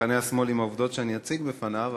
מחנה השמאל עם העובדות שאני אציג בפניו,